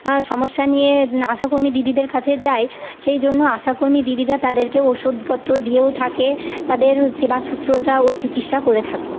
সমস্যা নিয়ে আশাকর্মী দিদিদের কাছে যায় সেই জন্য আশাকর্মী দিদিরা তাদেরকে ওষুধপত্র দিয়েও থাকে তাদের সেবা সুশ্রুষা ও চিকিৎসা করে থাকে